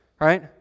right